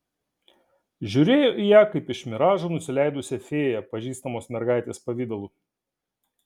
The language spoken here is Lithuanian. žiūrėjo į ją kaip iš miražų nusileidusią fėją pažįstamos mergaitės pavidalu